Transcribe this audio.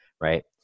right